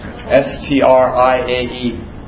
S-T-R-I-A-E